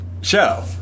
show